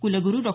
कुलगुरु डॉ